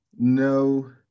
No